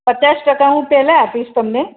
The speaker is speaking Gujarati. પચાસ ટકા હું પહેલા આપીશ તમને